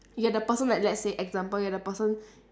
you are the person that let's say example you're the person